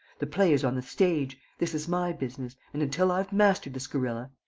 the play is on the stage. this is my business and, until i've mastered this gorilla.